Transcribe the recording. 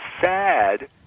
sad